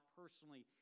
personally